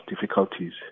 difficulties